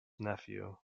nephew